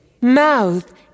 mouth